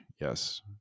yes